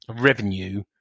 revenue